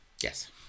Yes